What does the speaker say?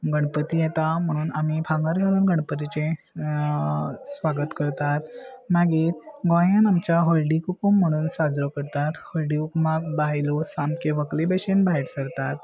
गणपती येता म्हणून आमी भांगर घालून गणपतीचे स्वागत करतात मागीर गोंयान आमच्या हळदी कुकूम म्हणून साजरो करतात हळदी कुकमाक बायलो सामके व्हंकले भशेन भायर सरतात